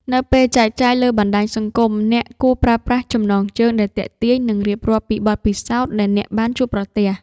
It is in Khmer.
នៅពេលចែកចាយលើបណ្ដាញសង្គម អ្នកគួរប្រើប្រាស់ចំណងជើងដែលទាក់ទាញ និងរៀបរាប់ពីបទពិសោធន៍ដែលអ្នកបានជួបប្រទះ។